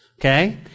Okay